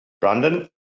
Brandon